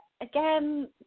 Again